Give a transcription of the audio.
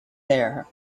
there